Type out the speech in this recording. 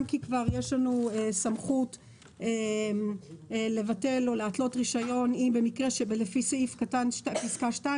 גם כי כבר יש לנו סמכות לבטל או להתלות רישיון במקרה שלפי פסקה (2),